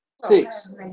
Six